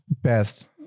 best